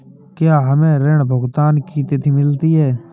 क्या हमें ऋण भुगतान की तिथि मिलती है?